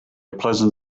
pleasant